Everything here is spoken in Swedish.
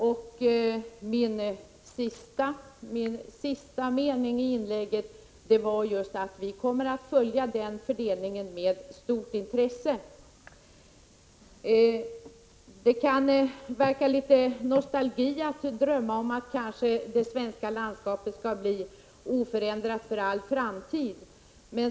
Sista meningen i mitt förra inlägg var just att vi kommer att följa den fördelningen med stort intresse. Det kan verka litet nostalgi att drömma om att det svenska landskapet skall förbli oförändrat för all framtid.